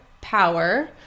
power